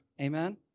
amen